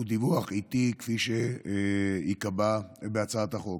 הוא דיווח עיתי כפי שייקבע בהצעת החוק.